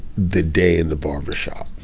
the day in the barbershop.